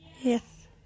Yes